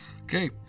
Okay